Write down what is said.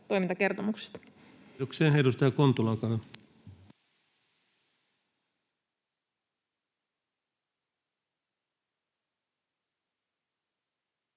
Kiitos